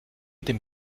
dem